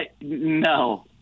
No